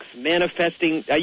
manifesting